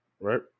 right